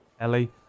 ellie